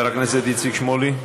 חבר הכנסת איציק שמולי,